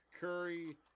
curry